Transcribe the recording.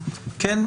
כן.